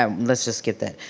um let's just skip that.